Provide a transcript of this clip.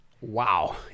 Wow